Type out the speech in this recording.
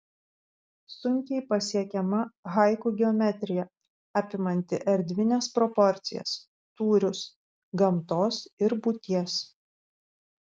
sunkiai pasiekiama haiku geometrija apimanti erdvines proporcijas tūrius gamtos ir būties